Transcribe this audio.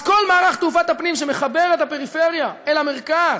אז כל מערך תעופת הפנים שמחבר את הפריפריה אל המרכז,